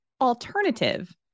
alternative